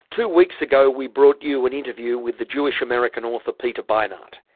two weeks ago we brought you an interview with the jewish american author peter beinart,